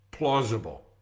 plausible